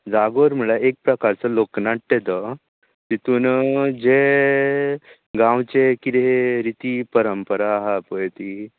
जागोर म्हणल्यार एक प्रकारचो लोकनाट्य तो तितून जे गांवचे किदें रिती परंपरा आसा पळय ती